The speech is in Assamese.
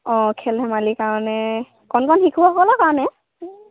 অঁ খেল ধেমালিৰ কাৰণে কণ কণ শিশুসকলৰ কাৰণে